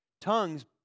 Tongues